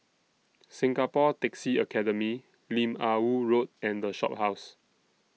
Singapore Taxi Academy Lim Ah Woo Road and The Shophouse